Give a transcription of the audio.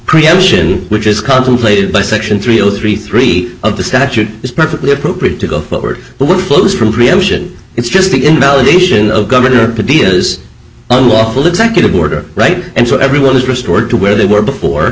preemption which is contemplated by section three zero three three of the statute is perfectly appropriate to go forward but what flows from preemption it's just invalidation of governor pataki is unlawful executive order right and so everyone is restored to where they were before